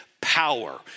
Power